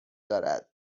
دارد